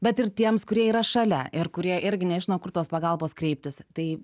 bet ir tiems kurie yra šalia ir kurie irgi nežino kur tos pagalbos kreiptis tai